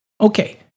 Okay